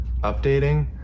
updating